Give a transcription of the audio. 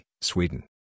Sweden